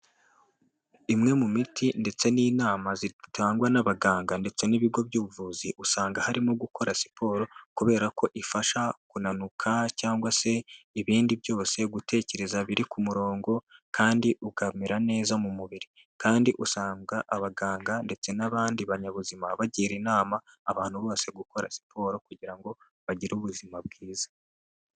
Imwe mu miti ndetse n'inama zitangwa n'abaganga ndetse n'ibigo by'ubuvuzi usanga harimo gukora siporo kubera ko ifasha kunanuka cyangwa se ibindi byose gutekereza biri ku murongo kandi ukamera neza mu mubiri, kandi usanga abaganga ndetse n'abandi banyabuzima bagira inama abantu bose gukora siporo kugira ngo bagire ubuzima bwiza.